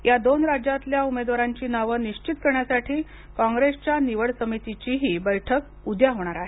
या दोन राज्यातल्या उमेदवारांची नावे निश्चित करण्यासाठी कॉंग्रेसच्या निवड समितीचीही बैठक उद्या होणार आहे